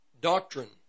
doctrine